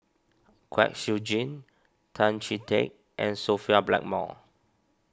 Kwek Siew Jin Tan Chee Teck and Sophia Blackmore